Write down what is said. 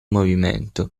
movimento